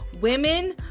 women